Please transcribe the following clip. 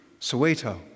Soweto